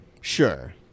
Sure